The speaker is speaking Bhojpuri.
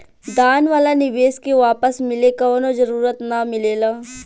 दान वाला निवेश के वापस मिले कवनो जरूरत ना मिलेला